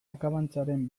akabantzaren